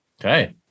Okay